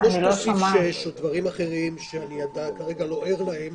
אז או שתוסיף 6 או דברים אחרים שאני כרגע לא ער להם